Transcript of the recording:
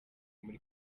muri